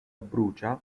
brucia